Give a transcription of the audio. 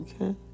Okay